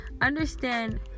understand